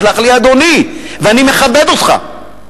יסלח לי אדוני, ואני מכבד אותך.